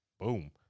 Boom